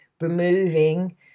removing